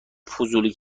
فضولی